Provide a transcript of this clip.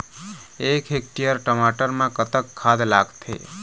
एक हेक्टेयर टमाटर म कतक खाद लागथे?